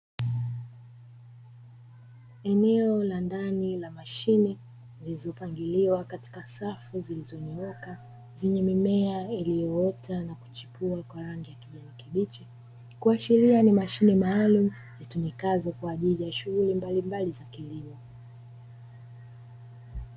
Eneo la ndani la mashine zilizopangiliwa katika safu zilizonyooka zenye mimea iliyoota na kuchipua kwa rangi ya kijani kibichi, kuashiria ni mashine maalumu zitumikazo kwa ajili ya shughuli mbalimbali za kilimo.